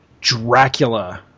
Dracula